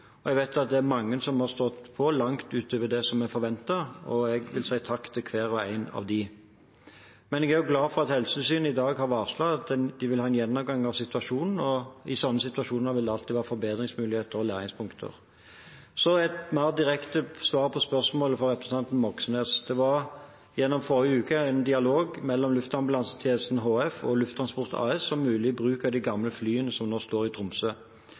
Jeg vet at det er mange som har stått på langt utover det vi kan forvente. Takk til hver og en av dem! Men jeg er også glad for at Helsetilsynet i dag har varslet en gjennomgang av situasjonen. I slike situasjoner vil det alltid være forbedringsmuligheter og læringspunkter. Så et mer direkte svar på spørsmålet fra representanten Moxnes: Det var gjennom forrige uke en dialog mellom Luftambulansetjenesten HF og Lufttransport AS om mulig bruk av de gamle flyene som står i Tromsø.